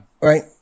right